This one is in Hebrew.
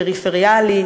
פריפריאלי,